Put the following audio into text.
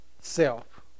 self